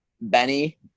Benny